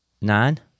Nine